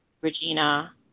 Regina